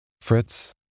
Fritz